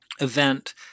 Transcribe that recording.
event